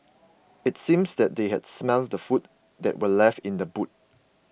it seemed that they had smelt the food that were left in the boot